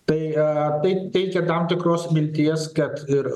tai tai teikia tam tikros vilties kad ir